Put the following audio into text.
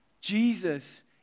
Jesus